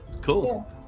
Cool